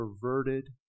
perverted